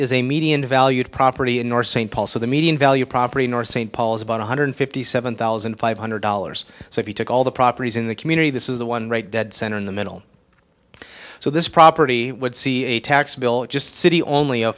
is a median valued property in north st paul so the median value property north st paul is about one hundred fifty seven thousand five hundred dollars so if you took all the properties in the community this is the one right dead center in the middle so this property would see a tax bill of just city only a